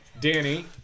Danny